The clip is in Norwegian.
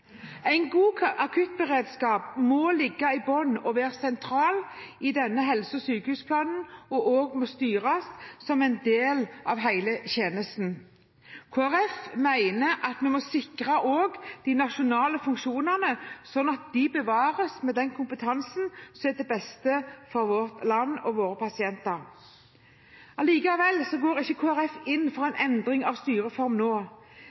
En god akuttberedskap må ligge i bunnen og være sentral i denne helse- og sykehusplanen og må også styres som en del av hele tjenesten. Kristelig Folkeparti mener at vi må sikre de nasjonale funksjonene, slik at de bevares med den kompetansen som er til beste for vårt land og for våre pasienter. Derfor går ikke Kristelig Folkeparti inn for en endring av styreform nå.